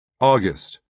August